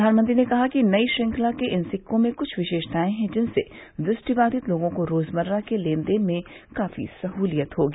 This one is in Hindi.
प्रधानमंत्री ने कहा कि नई श्रृंखला के इन सिक्कों में कुछ विशेषताएं हैं जिनसे दृष्टि बाधित लोगों को रोजमर्रा के लेनदेन में काफी सहूलियत होगी